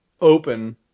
open